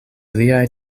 liaj